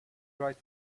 right